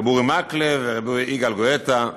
הרב אורי מקלב, יגאל גואטה.